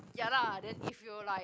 ya lah then if you were like